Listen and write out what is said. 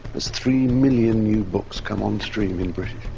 as three million new books come on stream in britain,